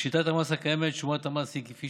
בשיטת המס הקיימת שומת המס היא כפי